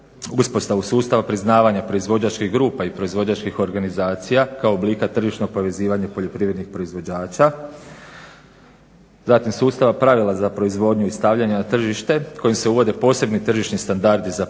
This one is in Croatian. uspostavu sustava priznavanja proizvođačkih grupa i proizvođačkih organizacija kao oblika tržišnog povezivanja poljoprivrednih proizvođača, zatim sustava pravila za proizvodnju i stavljanja na tržište kojim se uvode posebni tržišni standardi za pojedine